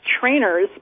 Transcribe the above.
trainers